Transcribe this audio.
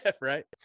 Right